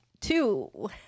two